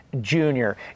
Junior